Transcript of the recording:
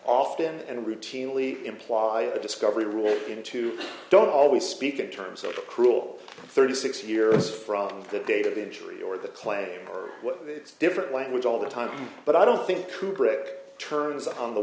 often and routinely imply a discovery rule into don't always speak in terms of a cruel thirty six years from the day to be injury or the claim that it's different language all the time but i don't think crew brooke turns on the